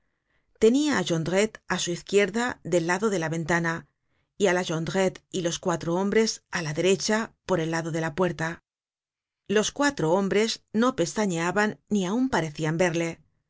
tenia á jondrette á su izquierda del lado de la ventana y la jondrette y los cuatro hombres á la derecha por el lado de la puerta los cuatro hombres no pestañeaban y ni aun parecian verle